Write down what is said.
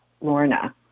Lorna